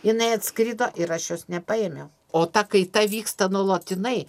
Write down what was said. jinai atskrido ir aš jos nepaėmiau o ta kaita vyksta nuolatinai